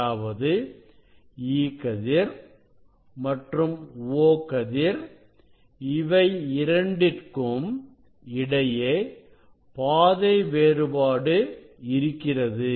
அதாவது E கதிர் மற்றும் O கதிர் இவை இரண்டிற்கும் இடையே பாதை வேறுபாடு இருக்கிறது